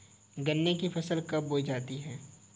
गन्ने की फसल कब बोई जाती है?